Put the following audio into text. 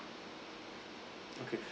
okay